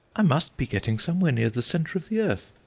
i must be getting somewhere near the centre of the earth.